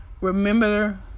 Remember